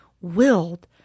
willed